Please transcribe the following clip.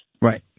Right